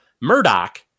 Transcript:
Murdoch